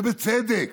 ובצדק.